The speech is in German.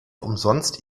umsonst